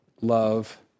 love